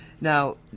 Now